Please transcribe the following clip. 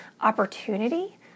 opportunity